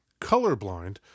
colorblind